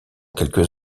quelques